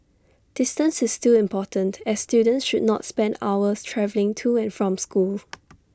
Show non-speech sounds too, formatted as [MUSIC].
distance is still important as students should not spend hours travelling to and from school [NOISE]